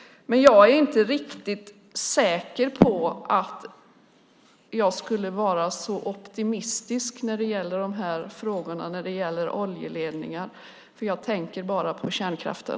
Men jag är inte riktigt säker på att jag skulle vara så optimistisk i frågan om oljeledningar, för jag tänker bara på kärnkraften.